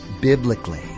biblically